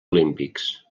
olímpics